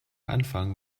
anfang